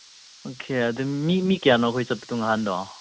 okay ꯑꯗꯨ ꯃꯤ ꯀꯌꯥꯅꯣ ꯑꯩꯈꯣꯏ ꯆꯠꯄꯗꯣ ꯅꯍꯥꯟꯗꯣ